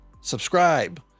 subscribe